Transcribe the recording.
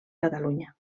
catalunya